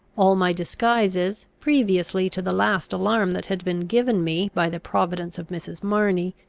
all my disguises, previously to the last alarm that had been given me by the providence of mrs. marney,